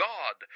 God